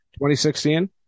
2016